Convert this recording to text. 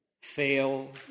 Fail